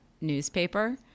newspaper